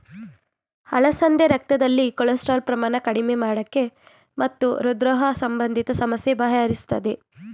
ಅಲಸಂದೆ ರಕ್ತದಲ್ಲಿ ಕೊಲೆಸ್ಟ್ರಾಲ್ ಪ್ರಮಾಣ ಕಡಿಮೆ ಮಾಡಕೆ ಮತ್ತು ಹೃದ್ರೋಗ ಸಂಬಂಧಿತ ಸಮಸ್ಯೆ ಬಗೆಹರಿಸ್ತದೆ